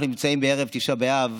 אנחנו נמצאים בערב תשעה באב,